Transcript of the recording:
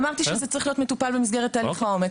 אמרתי שזה צריך להיות מטופל במסגרת תהליך העומק,